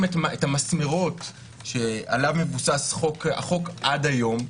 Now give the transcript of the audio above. את המסמרות שעליהן מבוסס החוק עד היום,